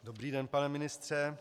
Dobrý den, pane ministře.